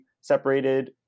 separated